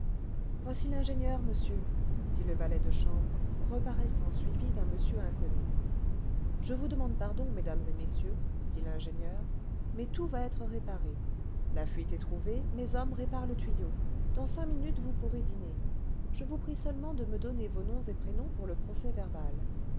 voici l'ingénieur monsieur dit le valet de chambre reparaissant suivi d'un monsieur inconnu je vous demande pardon mesdames et messieurs dit l'ingénieur mais tout va être réparé la fuite est trouvée mes hommes réparent le tuyau dans cinq minutes vous pourrez dîner je vous prie seulement de me donner vos noms et prénoms pour le